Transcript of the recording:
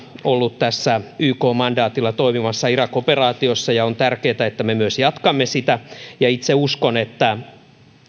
ollut mukana tässä ykn mandaatilla toimivassa irak operaatiossa ja on tärkeätä että me myös jatkamme sitä itse uskon että